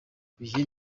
uyu